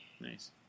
Nice